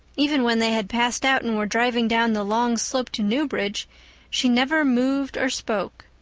even when they had passed out and were driving down the long slope to newbridge she never moved or spoke.